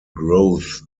growth